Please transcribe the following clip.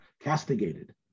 castigated